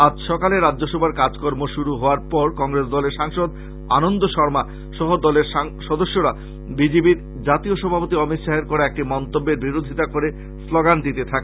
আজ সকালে রাজ্য সভার কাজকর্ম শুরু হওয়ার পর কংগ্রেস দলের সাংসদ আনন্দ শর্মা সহ দলের সদস্যরা বিজেপির জাতীয় সভাপতি অমিত শ্বাহের করা একটি মন্তব্যের বিরোধিতা করে শ্লোগান দিতে থাকে